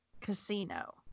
Casino